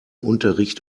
unterricht